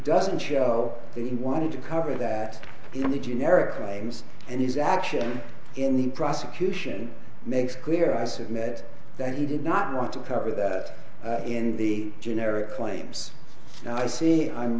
doesn't show that he wanted to cover that in the generic claims and his action in the prosecution makes clear i submit that he did not want to cover that in the generic claims and i see i'm